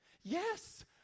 Yes